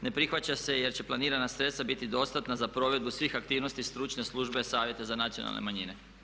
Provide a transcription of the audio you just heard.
Ne prihvaća se jer će planirana sredstva biti dostatna za provedbu svih aktivnosti Stručne službe Savjeta za nacionalne manjine.